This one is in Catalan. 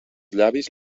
llavis